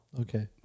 okay